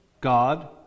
God